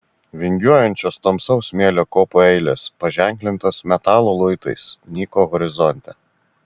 vingiuojančios tamsaus smėlio kopų eilės paženklintos metalo luitais nyko horizonte